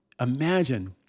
Imagine